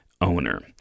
owner